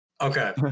okay